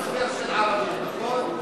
אתה בעד טרנספר של ערבים, נכון?